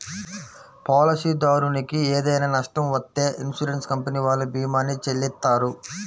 పాలసీదారునికి ఏదైనా నష్టం వత్తే ఇన్సూరెన్స్ కంపెనీ వాళ్ళు భీమాని చెల్లిత్తారు